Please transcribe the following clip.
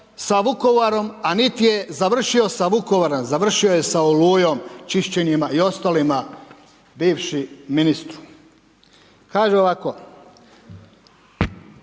sa Vukovarom a niti završio sa Vukovar, završio je sa Olujom, čišćenjima i ostalima, bivšu ministru. Kaže ovako,